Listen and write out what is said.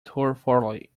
tomfoolery